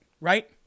right